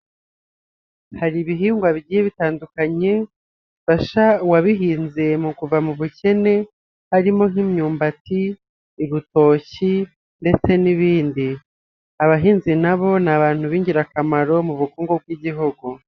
Hari ibihingwa bigiye bitandukanye, bifasha uwabihinze mu kuva mu bukene, harimo nk'imyumbati, ibitoki ndetse n'ibindi. Abahinzi nabo ni abantu b'ingirakamaro, mu bukungu bw'igihugu.